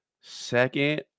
Second